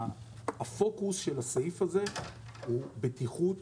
הפוקוס של הסעיף הזה הוא בטיחות,